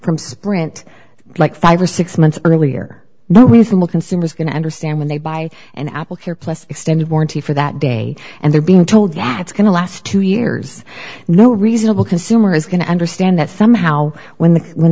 from sprint like five or six months earlier no reasonable consumer is going to understand when they buy an apple care plus extended warranty for that day and they're being told that it's going to last two years no reasonable consumer is going to understand that somehow when the